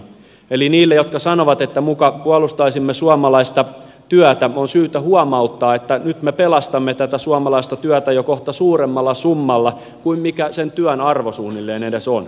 eli niille jotka sanovat että muka puolustaisimme suomalaista työtä on syytä huomauttaa että nyt me pelastamme tätä suomalaista työtä jo kohta suuremmalla summalla kuin sen työn arvo suunnilleen edes on ja paljonkin